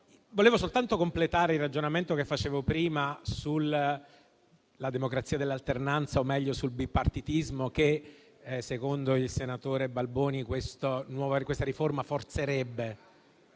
Vorrei soltanto completare il ragionamento che facevo prima sulla democrazia dell'alternanza, o meglio sul bipartitismo, che, secondo il senatore Balboni, questa riforma rafforzerebbe: